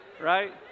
right